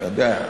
אני יודע.